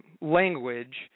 language